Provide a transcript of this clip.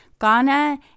Ghana